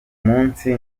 munsi